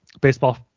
baseball